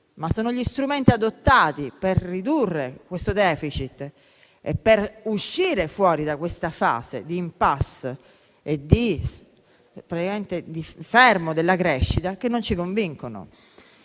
però gli strumenti adottati per ridurre il *deficit* e per uscire fuori da questa fase di *impasse* e di fermo della crescita che non ci convincono.